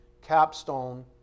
capstone